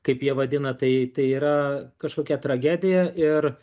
kaip jie vadina tai tai yra kažkokia tragedija ir